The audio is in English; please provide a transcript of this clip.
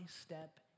step